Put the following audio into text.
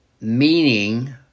meaning